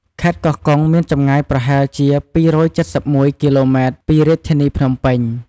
ខេត្តកោះកុង មានចម្ងាយប្រហែលជា២៧១គីឡូម៉ែត្រពីរាជធានីភ្នំពេញ។